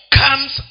comes